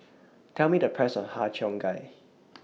Tell Me The Price of Har Cheong Gai